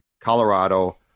colorado